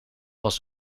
was